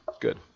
good